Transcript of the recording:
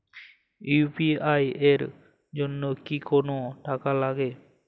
UPI এর জন্য কি কোনো টাকা লাগে?